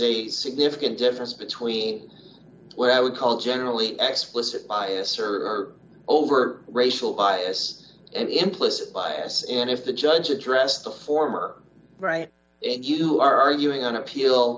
a significant difference between what i would call generally explicit bias or over racial bias implicit bias and if the judge addressed the former right and you are arguing on appeal